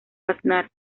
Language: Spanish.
aznar